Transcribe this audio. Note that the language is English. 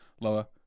lower